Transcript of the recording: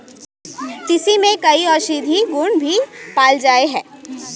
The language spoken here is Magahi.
तीसी में कई औषधीय गुण भी पाल जाय हइ